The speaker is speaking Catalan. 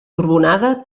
torbonada